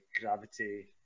gravity